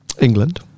England